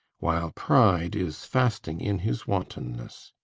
while pride is fasting in his wantonness!